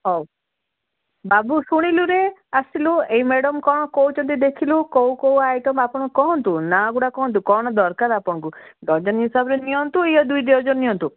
ହଉ ବାବୁ ଶୁଣିଲୁ ରେ ଆସିଲୁ ଏଇ ମ୍ୟାଡ଼ମ୍ କ'ଣ କହୁଛନ୍ତି ଦେଖିଲୁ କେଉଁ କେଉଁ ଆଇଟମ୍ ଆପଣ କହନ୍ତୁ ନା ଗୁଡ଼ା କହନ୍ତୁ କ'ଣ ଦରକାର ଆପଣଙ୍କୁ ଡର୍ଜନ ହିସାବରେ ନିଅନ୍ତୁ ଇଏ ଦୁଇ ଡର୍ଜନ ନିଅନ୍ତୁ